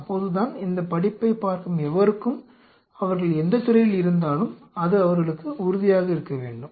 அப்போதுதான் இந்தப் படிப்பைப் பார்க்கும் எவருக்கும் அவர்கள் எந்த துறையில் இருந்தாலும் அது அவர்களுக்கு உறுதியாக இருக்க வேண்டும்